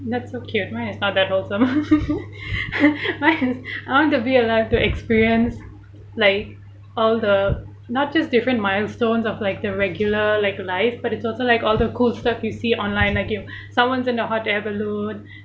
that's so cute mine is not that wholesome mine is I want to be alive to experience like all the not just different milestones of like the regular like life but it's also like all the cool stuff you see online like you someone's in a hot air balloon